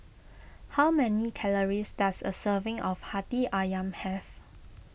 how many calories does a serving of Hati Ayam have